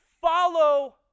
follow